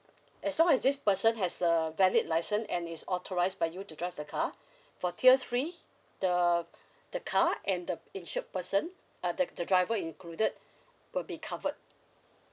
uh as long as this person has a valid license and is authorised by you to drive the car for tier three the the car and the insured person uh that the driver included will be covered